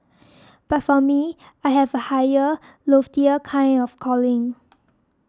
but for me I have a higher loftier kind of calling